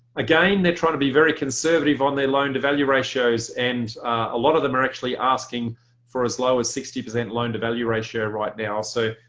again they're trying to be very conservative on their loan to value ratios and a lot of them are actually asking for as low as sixty percent loan to value ratio right now so